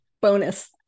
Bonus